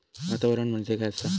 वातावरण म्हणजे काय असा?